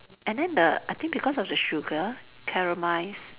and then the I think because of the sugar caramelised